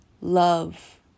love